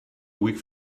week